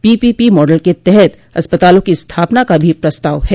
PPP model के तहत अस्पताओं की स्थापना का भी प्रस्ताव है